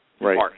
Right